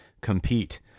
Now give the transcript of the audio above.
compete